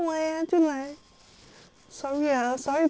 sorry ah sorry ballut 那个